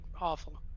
awful